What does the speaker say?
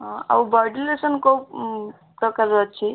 ହଁ ଆଉ ବୋଡ଼ିଲୋସନ୍ କେଉଁ ପ୍ରକାର ଅଛି